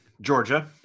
Georgia